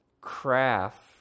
Craft